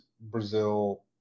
Brazil